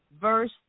verse